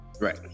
Right